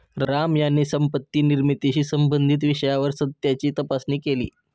राम यांनी संपत्ती निर्मितीशी संबंधित विषयावर सत्याची तपासणी केली